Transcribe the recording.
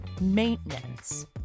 maintenance